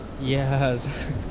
Yes